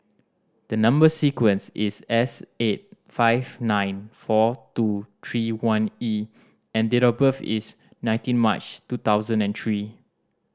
the number sequence is S eight five nine four two three one E and date of birth is nineteen March two thousand and three